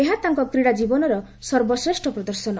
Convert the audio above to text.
ଏହା ତାଙ୍କ କ୍ରୀଡ଼ା ଜୀବନରେ ସର୍ବଶ୍ରେଷ୍ଠ ପ୍ରଦର୍ଶନ